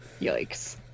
yikes